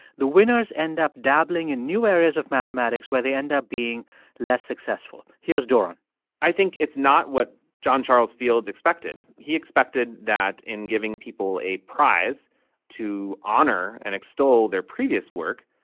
the winners end up dabbling in new areas of mathematics where they end up being less successful. here's doran i think it's not what john charles fields expected. he expected that in giving people a prize to honor and extol their previous work,